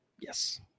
Yes